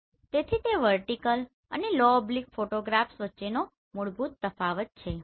તેથી તે વર્ટીકલ અને લો ઓબ્લીક ફોટોગ્રાફ્સ વચ્ચેનો મૂળભૂત તફાવત છે